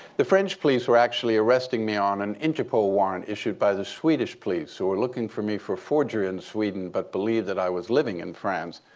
the french police were actually arresting me on an interpol warrant issued by the swedish police who were looking for me for forgery in sweden, but believed that i was living in france.